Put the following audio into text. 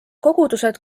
kogudused